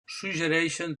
suggereixen